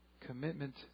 commitment